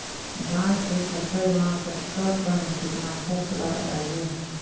धान के फसल मा कतका कन कीटनाशक ला डलबो?